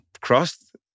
crossed